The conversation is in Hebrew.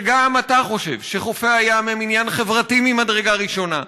שגם אתה חושב שחופי הים הם עניין חברתי ממדרגה ראשונה,